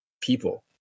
people